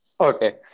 Okay